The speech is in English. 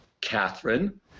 Catherine